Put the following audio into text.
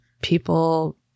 people